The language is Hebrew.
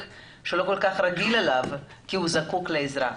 שהוא לא רגיל אליו כל כך כי הוא זקוק לעזרה.